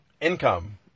income